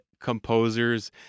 composers